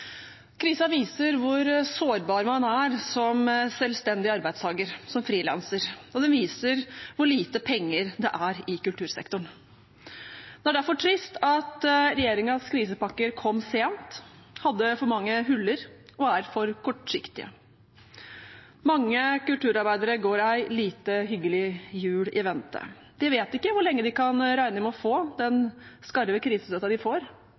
viser hvor sårbar man er som selvstendig arbeidstaker, som frilanser, og det viser hvor lite penger det er i kultursektoren. Det er derfor trist at regjeringens krisepakker kom sent, hadde for mange huller og er for kortsiktige. Mange kulturarbeidere går en lite hyggelig jul i møte. De vet ikke hvor lenge de må regne med å få den skarve krisestøtten de får,